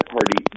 Party